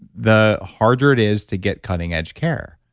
the harder it is to get cutting edge care.